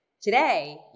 Today